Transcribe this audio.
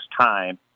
time